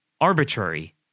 Arbitrary